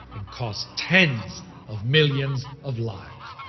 and costs tens of millions of lives.